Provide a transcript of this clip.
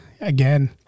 again